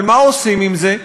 אבל מה עושים עם זה?